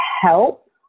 help